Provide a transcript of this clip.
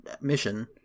mission